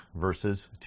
verses